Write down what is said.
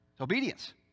Obedience